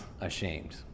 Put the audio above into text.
ashamed